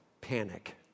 panic